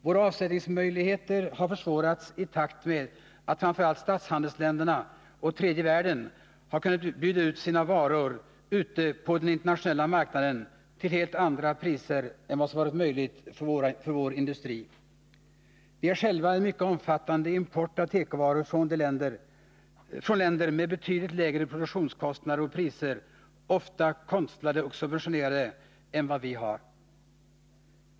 Våra avsättningsmöjligheter har försvårats i takt med att framför allt statshandelsländerna och tredje världen har kunnat bjuda ut sina varor på den internationella marknaden till helt andra priser än vad som varit möjligt för vår industri. Vi har själva en mycket omfattande import av tekovaror från länder med betydligt lägre produktionskostnader och priser — ofta konstlade och subventionerade — än vad vi har.